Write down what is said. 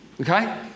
Okay